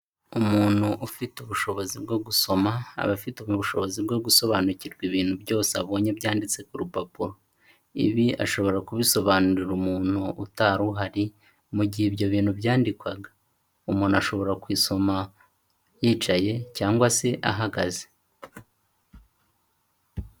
Umuntu ufite ubushobozi bwo gusoma, aba afite ubushobozi bwo gusobanukirwa ibintu byose abonye byanditse ku rupapuro. Ibi ashobora kubisobanurira umuntu utari uhari mu gihe ibyo bintu byandikwaga. Umuntu ashobora kubisoma yicaye cyangwa se ahagaze.